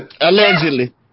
Allegedly